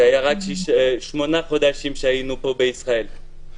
זה היה רק אחרי שמונה חודשים שהיינו פה בישראל.